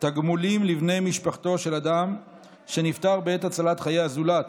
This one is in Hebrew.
תגמולים לבני משפחתו של אדם שנפטר בעת הצלת חיי הזולת),